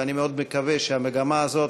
ואני מאוד מקווה שהמגמה הזאת,